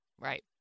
Right